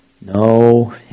No